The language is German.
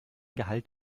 gehalt